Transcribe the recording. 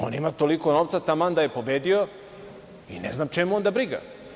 On ima toliko novca taman da je pobedio i ne znam čemu onda briga?